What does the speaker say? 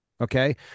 okay